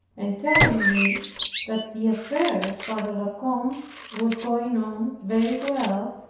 and telling me that the affair of father la combe was going on very well,